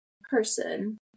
person